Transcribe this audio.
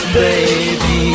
baby